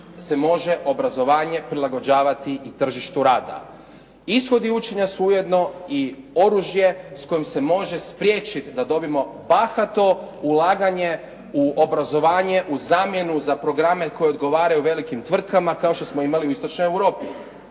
se može obrazovanje prilagođavati i tržištu rada. Ishodi učenja su ujedno i oružje s kojim se može spriječiti da dobijemo bahato ulaganje u obrazovanje u zamjenu za programe koji odgovaraju velikim tvrtkama kao što smo imali u Istočnoj Europi